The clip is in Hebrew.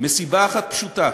מסיבה אחת פשוטה: